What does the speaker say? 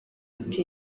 ati